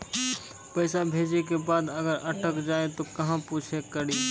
पैसा भेजै के बाद अगर अटक जाए ता कहां पूछे के पड़ी?